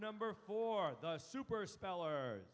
number four the super speller